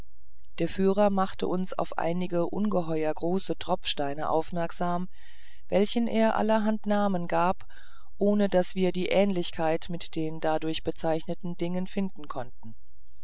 der führer machte uns auf einige ungeheuer große tropfsteine aufmerksam welchen er allerhand namen gab ohne daß wir die ähnlichkeit mit den dadurch bezeichneten dingen finden konnten